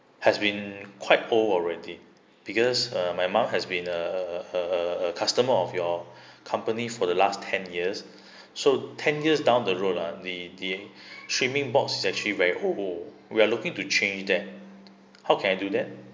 has been quite old already because uh my mum has been a a a a a customer of your company for the last ten years so ten years down the road ah the the streaming box actually very old we're looking to change that how can I do that